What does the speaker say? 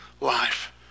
life